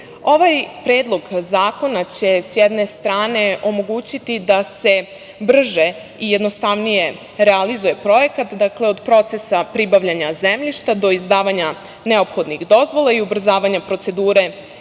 Ovaj predlog zakona će s jedne strane omogućiti da se brže i jednostavnije realizuje projekat, dakle, od procesa pribavljanja zemljišta, do izdavanja neophodnih dozvola i ubrzavanja procedure